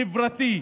חברתי,